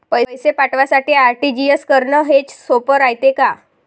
पैसे पाठवासाठी आर.टी.जी.एस करन हेच सोप रायते का?